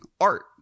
art